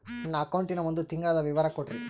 ನನ್ನ ಅಕೌಂಟಿನ ಒಂದು ತಿಂಗಳದ ವಿವರ ಕೊಡ್ರಿ?